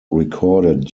recorded